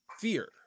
Fear